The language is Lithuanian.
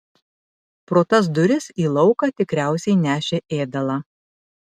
pro tas duris į lauką tikriausiai nešė ėdalą